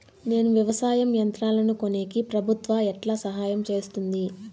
నేను వ్యవసాయం యంత్రాలను కొనేకి ప్రభుత్వ ఎట్లా సహాయం చేస్తుంది?